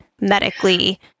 medically